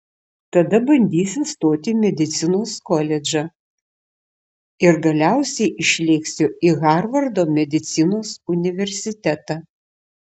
tada bandysiu stoti į medicinos koledžą ir galiausiai išlėksiu į harvardo medicinos universitetą